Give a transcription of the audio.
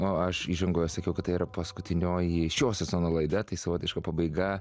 o aš įžangoje sakiau kad tai yra paskutinioji šio sezono laida tai savotiška pabaiga